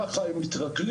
ככה הם מתרגלים,